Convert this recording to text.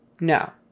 No